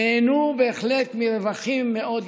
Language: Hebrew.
נהנו בהחלט מרווחים מאוד יפים.